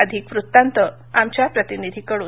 अधिक वृत्तांत आमच्या प्रतिनिधीकडून